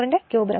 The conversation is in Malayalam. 2